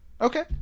Okay